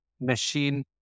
machine